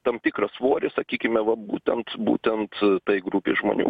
tam tikrą svorį sakykime va būtent būtent tai grupei žmonių